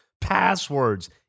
Passwords